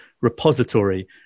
repository